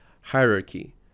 hierarchy